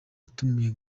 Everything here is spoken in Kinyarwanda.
watumiye